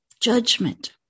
Judgment